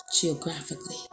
geographically